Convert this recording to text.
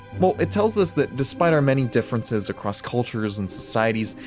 well, it tells us that despite our many differences across cultures and societies.